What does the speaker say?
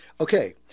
Okay